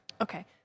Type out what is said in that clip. Okay